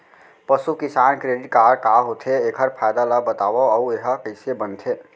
पसु किसान credit card का होथे, एखर फायदा ला बतावव अऊ एहा कइसे बनथे?